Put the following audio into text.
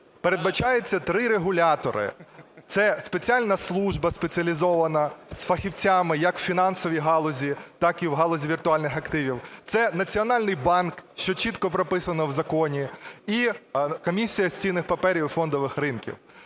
Передбачається три регулятори. Це спеціальна служба, спеціалізована, з фахівцями як у фінансовій галузі, так і у галузі віртуальних активів. Це Національний банк, що чітко прописано в законі. І Комісія з цінних паперів і фондових ринків.